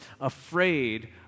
afraid